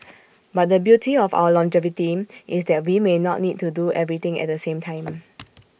but the beauty of our longevity is that we may not need to do everything at the same time